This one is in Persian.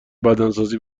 بدنسازی